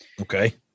Okay